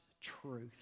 truth